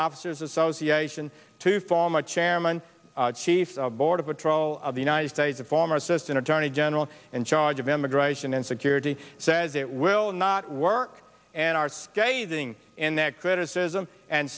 officers association two former chairman chief of border patrol of the united states a former assistant attorney general in charge of immigration and security says it will not work and are scathing in that criticism and